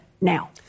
now